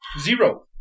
Zero